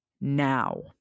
Now